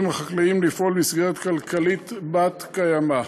החקלאיים לפעול במסגרת כלכלית בת-קיימא.